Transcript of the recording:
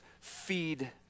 feed